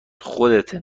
خودته